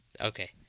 okay